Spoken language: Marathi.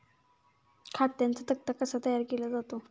खात्यांचा तक्ता कसा तयार केला जातो?